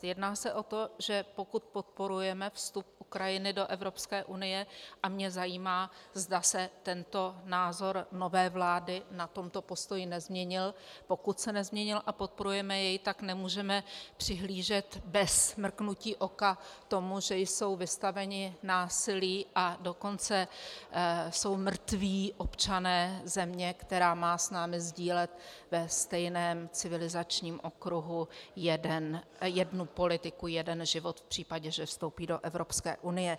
Jedná se o to, že pokud podporujeme vstup Ukrajiny do Evropské unie, a mě zajímá, zda se tento názor nové vlády na tomto postoji nezměnil, pokud se nezměnil a podporujeme jej, tak nemůžeme přihlížet bez mrknutí oka tomu, že jsou vystaveni násilí, a dokonce jsou mrtví občané země, která má s námi sdílet ve stejném civilizačním okruhu jednu politiku, jeden život v případě, že vstoupí do Evropské unie.